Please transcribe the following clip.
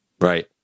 Right